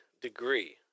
degree